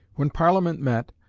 when parliament met,